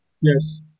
yes